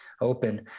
open